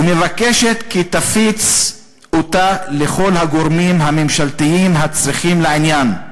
ומבקשת כי תפיץ אותה לכל הגורמים הממשלתיים הצריכים לעניין.